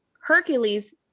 Hercules